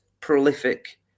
prolific